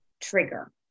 trigger